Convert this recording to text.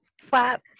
Slap